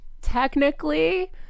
technically